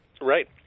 right